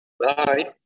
Bye